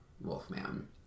Wolfman